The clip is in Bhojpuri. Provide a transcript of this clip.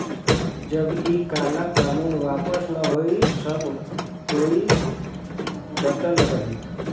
जब इ काला कानून वापस न होई सब कोई डटल रही